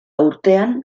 urtean